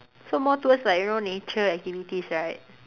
so more towards like you know nature activities right